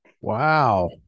Wow